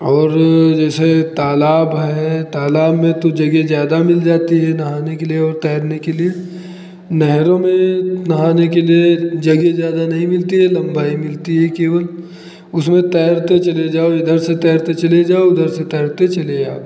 और जैसे तालाब है तालाब में तो जगह ज़्यादा मिल जाती है नहाने के लिए और तैरने के लिए नहरों में नहाने के लिए जगह ज़्यादा नहीं मिलती है लम्बाई मिलती है केवल उसमें तैरते चले जाओ इधर से तैरते चले जाओ उधर से तैरते चले आओ